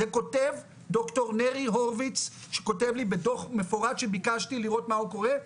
זה כותב ד"ר נרי הורביץ שכותב לי בדוח מפורט שביקשתי לראות מה עוד קורה,